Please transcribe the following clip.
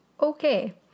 Okay